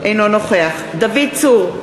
אינו נוכח דוד צור,